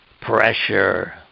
pressure